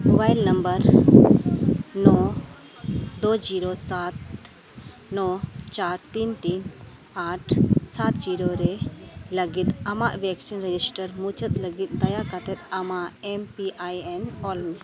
mobile number ᱱᱚ ᱫᱩ zero ᱥᱟᱛ ᱱᱚ ᱪᱟᱨ ᱛᱤᱱ ᱛᱤᱱ ᱟᱴ ᱥᱟᱛ ᱡᱤᱨᱳ ᱨᱮ ᱞᱟᱹᱜᱤᱫ ᱟᱢᱟᱜ ᱵᱷᱮᱠᱥᱤᱱ ᱨᱮᱡᱤᱥᱴᱟᱨ ᱢᱩᱪᱟᱹᱫ ᱞᱟᱹᱜᱤᱫ ᱫᱟᱭᱟ ᱠᱟᱛᱮᱫ ᱟᱢᱟᱜ ᱮᱢ ᱯᱤ ᱟᱭ ᱮᱱ ᱚᱞᱢᱮ